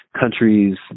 countries